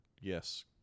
yes